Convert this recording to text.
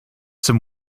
some